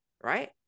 right